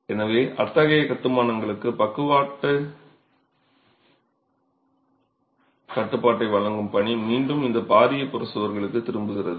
எனவே அத்தகைய கட்டுமானங்களுக்கு பக்கவாட்டுக் கட்டுப்பாட்டை வழங்கும் பணி மீண்டும் இந்த பாரிய புறச் சுவர்களுக்குத் திரும்புகிறது